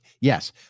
Yes